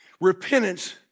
Repentance